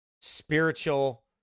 spiritual